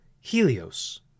Helios